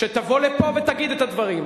שתבוא לפה ותגיד את הדברים.